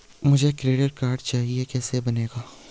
मुझे credit card चाहिए कैसे बनेगा?